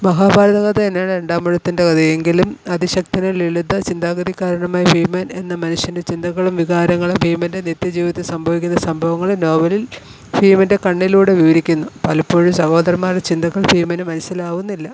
മഹാഭാരത കഥ തന്നെയാണ് രണ്ടാംമൂഴത്തിൻ്റെ കഥയെങ്കിലും അതിശക്തനും ലളിത ചിന്താഗതിക്കാരനുമായ ഭീമൻ എന്ന മനുഷ്യൻ്റെ ചിന്തകളും വികാരങ്ങളും ഭീമൻ്റെ നിത്യ ജീവിതത്തിൽ സംഭവിക്കുന്ന സംഭവങ്ങളും നോവലിൽ ഭീമൻ്റെ കണ്ണിലൂടെ വിവരിക്കുന്നു പലപ്പോഴും സഹോദരന്മാരുടെ ചിന്തകൾ ഭീമന് മനസ്സിലാവുന്നില്ല